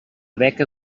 beca